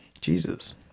Jesus